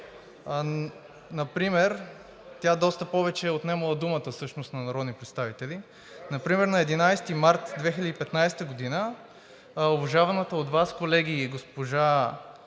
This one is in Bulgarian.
тя доста повече е отнемала думата всъщност на народни представители. Например на 11 март 2015 г. уважаваната от Вас, колеги, госпожа